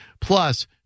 plus